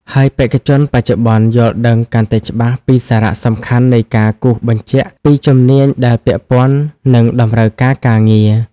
ហើយបេក្ខជនបច្ចុប្បន្នយល់ដឹងកាន់តែច្បាស់ពីសារៈសំខាន់នៃការគូសបញ្ជាក់ពីជំនាញដែលពាក់ព័ន្ធនឹងតម្រូវការការងារ។